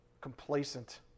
complacent